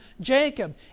Jacob